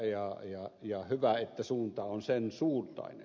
ja hyvä että suunta on sen suuntainen